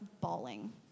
bawling